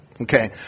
okay